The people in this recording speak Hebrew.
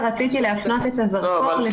זה